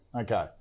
Okay